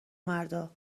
مردا